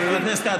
חבר הכנסת כץ,